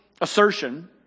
assertion